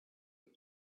and